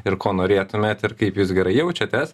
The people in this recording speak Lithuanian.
ir ko norėtumėt ir kaip jūs gerai jaučiatės